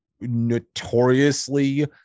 notoriously